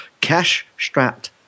Cash-strapped